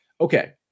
Okay